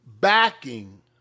backing